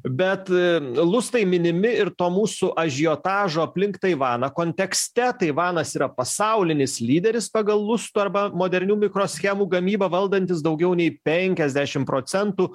bet lustai minimi ir to mūsų ažiotažo aplink taivaną kontekste taivanas yra pasaulinis lyderis pagal lustų arba modernių mikroschemų gamybą valdantis daugiau nei penkiasdešim procentų